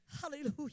Hallelujah